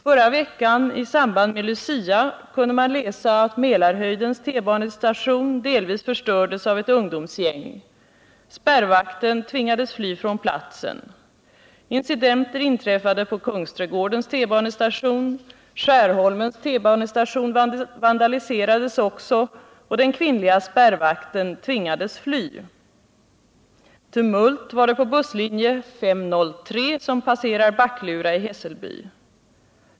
Förra veckan i samband med Lucia kunde man läsa att Mälarhöjdens T-banestation delvis förstördes av ett ungdomsgäng. Spärrvakten tvingades fly från platsen. Incidenter inträffade på Kungsträdgårdens T-banestation. Skärholmens T-banestation vandaliserades också och den kvinnliga spärrvakten tvingades fly. Tumult var det på busslinje 503 som passerar Backlura i Hässelby.